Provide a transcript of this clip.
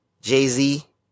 Jay-Z